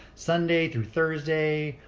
sunday through thursday.